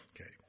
Okay